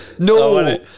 No